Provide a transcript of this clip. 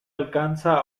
alcanza